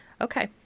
Okay